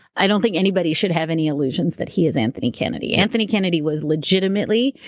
i don't think anybody should have any illusions that he is anthony kennedy. anthony kennedy was legitimately.